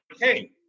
hey